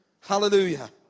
Hallelujah